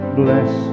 bless